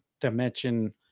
Dimension